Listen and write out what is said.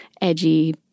edgy